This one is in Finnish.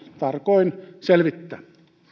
tarkoin selvittää